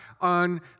on